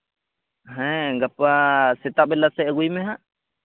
ᱦᱮᱸ ᱜᱟᱯᱟ ᱥᱮᱛᱟᱜ ᱵᱮᱞᱟ ᱥᱮᱫ ᱟᱹᱜᱩᱭ ᱢᱮ ᱦᱟᱸᱜ